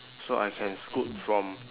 so I can scoot from